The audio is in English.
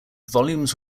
volumes